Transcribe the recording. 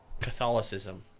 Catholicism